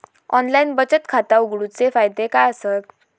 Online बचत खाता उघडूचे फायदे काय आसत?